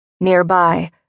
Nearby